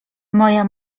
moja